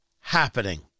happening